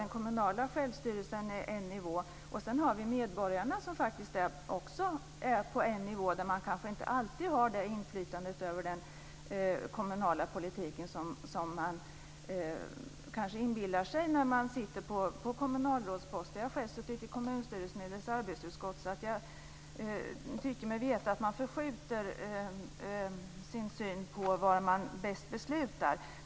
Den kommunala självstyrelsen är också en nivå. Sedan har vi medborgarna som faktiskt är på en nivå där man väl inte alltid har det inflytande över den kommunala politiken som den kanske inbillar sig som sitter på en kommunalrådspost. Själv har jag suttit med i kommunstyrelsens arbetsutskott så jag tycker mig veta att det blir en förskjutning i synen på var man bäst beslutar.